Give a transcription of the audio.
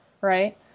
right